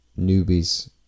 newbies